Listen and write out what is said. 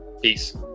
Peace